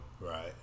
Right